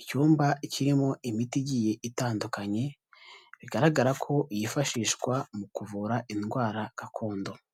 icyumba kirimo imiti igiye itandukanye, bigaragara ko yifashishwa mu kuvura indwara gakondo.